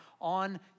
on